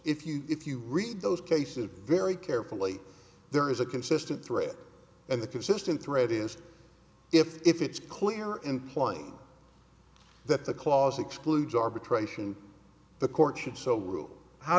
if you if you read those cases very carefully there is a consistent thread and the consistent thread is if it's clear implying that the clause excludes arbitration the court should so rule how